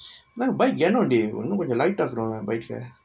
bike கணோ:kaano dey இன்னும் கொஞ்சொ:innum konjo light ஆக்கனும்:aakanum bike க:ka